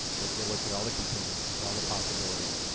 they looked at all the contingencies, all the possibilities.